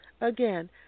Again